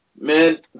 man